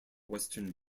western